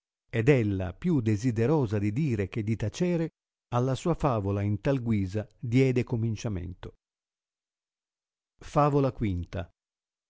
ed ella più desiderosa di dire che di tacere alla sua favola in tal sruisa diede cominciamento favola